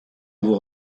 vous